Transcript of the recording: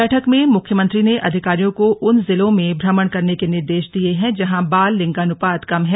बैठक में मुख्यमंत्री ने अधिकारियों को उन जिलों में भ्रमण करने के निर्देश दिये हैं जहां बाल लिंगानुपात कम है